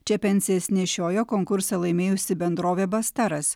čia pensijas nešiojo konkursą laimėjusi bendrovė bastaras